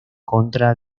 contra